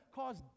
cause